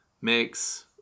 makes